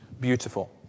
beautiful